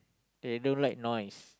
they don't like noise